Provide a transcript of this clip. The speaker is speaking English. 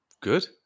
Good